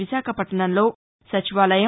విశాఖపట్లణంలో సచివాలయం